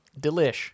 Delish